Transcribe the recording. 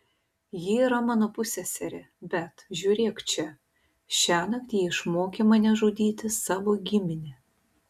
ji yra mano pusseserė bet žiūrėk čia šiąnakt ji išmokė mane žudyti savo giminę